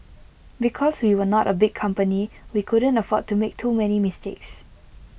because we were not A big company we couldn't afford to make too many mistakes